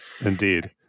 indeed